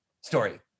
story